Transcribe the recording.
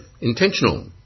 intentional